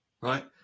Right